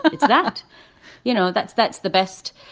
it's that you know, that's that's the best,